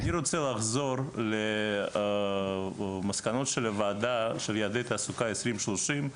אני רוצה לחזור למסקנות של הוועדה של ייעדי תעסוקה 2030,